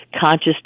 conscious